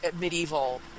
medieval